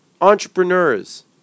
Entrepreneurs